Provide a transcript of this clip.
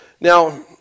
Now